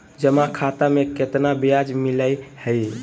जमा खाता में केतना ब्याज मिलई हई?